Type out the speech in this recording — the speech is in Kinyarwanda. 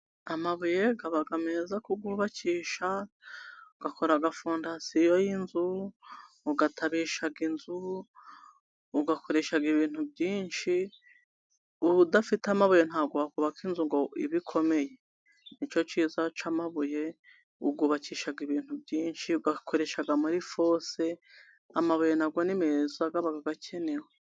Amabuye aba meza kuyubakisha, akora fondasiyo y’inzu, uyatabisha inzu, uyakoresha ibintu byinshi. Udafite amabuye, ntabwo wakubaka inzu ngo ibe ikomeye. Ni cyo cyiza cy’amabuye, uyubakisha ibintu byinshi, uyakoresha muri fose. Amabuye na yo ni meza, aba akenewe.